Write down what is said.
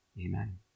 Amen